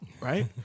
right